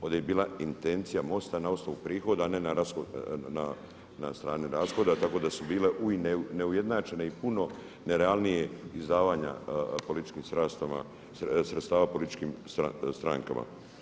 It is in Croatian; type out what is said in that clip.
Ovdje je bila intencija MOST-a na osnovu prihoda a ne na strani rashoda tako da su bile neujednačene i puno nerealnija izdavanja političkih sredstava političkim strankama.